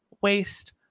waste